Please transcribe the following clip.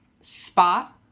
spot